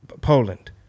Poland